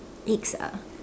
eggs ah